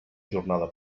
jornada